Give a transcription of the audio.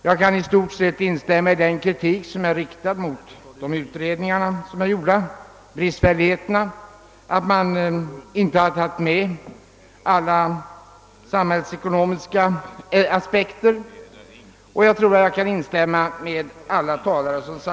Jag kan i stort sett instämma i den kritik som riktats mot de gjorda utredningarna — det har talats om bristfälligheter, att inte alla samhällsekonomiska aspekter tagits med etc. Jag tror att jag därvidlag kan instämma med alla föregående talare.